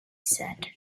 said